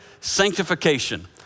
sanctification